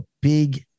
big